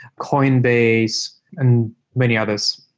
coinbase and many others.